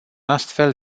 astfel